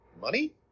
money